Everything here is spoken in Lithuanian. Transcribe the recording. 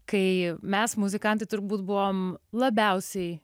kai mes muzikantai turbūt buvom labiausiai